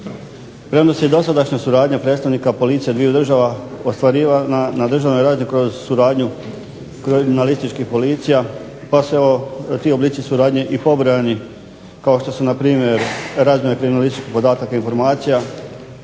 Premda se i dosadašnja suradnja predstavnika policija dviju država ostvarivala na državnoj razini koju suradnju …/Ne razumije se./… policija pa su ti oblici suradnje i pobrojani, kao što su npr. razmjena kriminalističkih podataka i informacija,